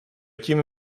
tím